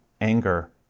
anger